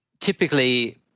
typically